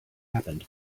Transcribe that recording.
happened